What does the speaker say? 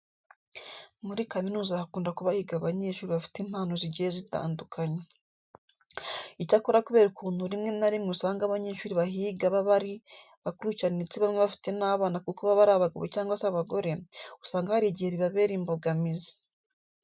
Muri kaminuza hakunda kuba higa abanyeshuri bafite impano zigiye zitandukanye. Icyakora kubera ukuntu rimwe na rimwe usanga abanyeshuri bahiga baba ari bakuru cyane ndetse bamwe bafite n'abana kuko baba ari abagabo cyangwa se abagore, usanga hari igihe bibabera imbogamizi.